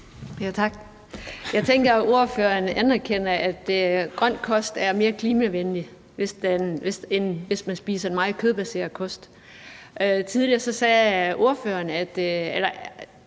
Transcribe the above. Tak. Jeg tænker, at ordføreren anerkender, at grøn kost er mere klimavenlig end en meget kødbaseret kost. Tidligere spurgte ordføreren ind